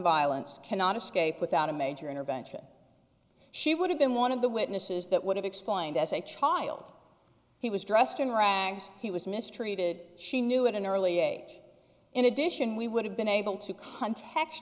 violence cannot escape without a major intervention she would have been one of the witnesses that would have explained as a child he was dressed in rags he was mistreated she knew at an early age in addition we would have been able to